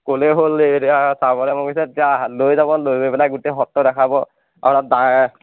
ক'লেই হ'ল এতিয়া এই চাবলৈ মন গৈছে তেতিয়া লৈ যাব লৈ গৈ পেলাই গোটেই সত্ৰ দেখাব